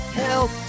help